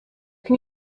can